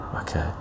okay